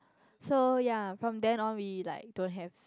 so ya from then on we like don't have